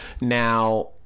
Now